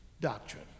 doctrine